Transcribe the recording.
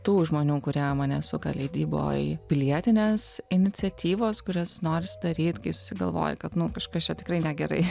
tų žmonių kurie mane suka leidyboj pilietinės iniciatyvos kurias norisi daryt kai susigalvoji kad nu kažkas čia tikrai negerai